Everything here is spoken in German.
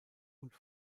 und